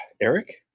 Eric